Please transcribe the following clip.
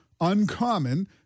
uncommon